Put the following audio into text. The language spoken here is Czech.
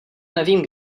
nevím